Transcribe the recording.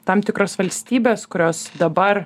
tam tikros valstybės kurios dabar